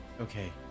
Okay